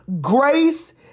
Grace